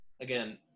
again